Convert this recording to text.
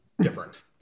different